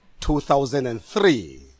2003